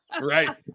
right